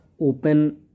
open